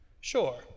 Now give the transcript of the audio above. Sure